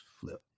flip